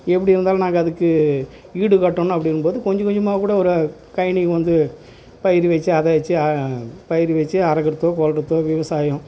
எப்படி இருந்தாலும் நாங்கள் அதுக்கு ஈடு கட்டணும் அப்படிங்கும்போது கொஞ்சம் கொஞ்சமாக கூட ஒரு கழனி வந்து பயிர் வெச்சு அதை வெச்சு பயிர் வெச்சு அறக்கிறதோ கொல்கிறதோ விவசாயம்